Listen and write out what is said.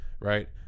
Right